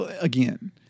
Again